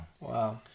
Wow